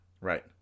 Right